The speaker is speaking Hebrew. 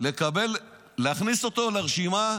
להכניס אותו לרשימה,